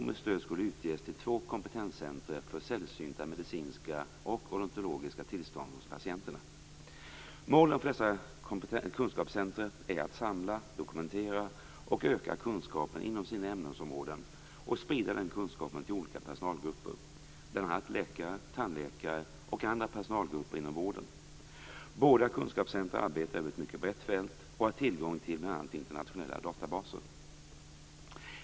Målen för dessa kunskapscentrum är att samla, dokumentera och öka kunskapen inom sina ämnesområden och sprida den kunskapen till olika personalgrupper, bl.a. läkare, tandläkare och andra personalgrupper inom vården. Båda kunskapscentrumen arbetar över ett mycket brett fält och har tillgång till bl.a. internationella databaser.